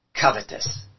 covetous